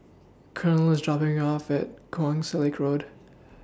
Colonel IS dropping Me off At Keong Saik Road